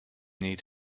need